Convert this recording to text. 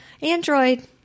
Android